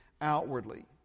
outwardly